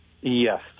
Yes